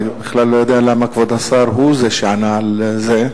ואני בכלל לא יודע למה כבוד השר הוא זה שענה על זה,